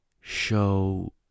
show